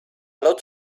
lot